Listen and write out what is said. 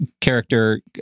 character